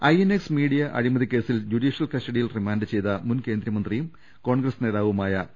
INX media അഴിമതി കേസിൽ judicial കസ്റ്റ ഡിയിൽ റിമാന്റ് ചെയ്ത മുൻ കേന്ദ്രമന്ത്രിയും ്കോൺഗ്രസ് നേതാ വുമായ പി